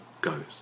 goes